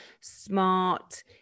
smart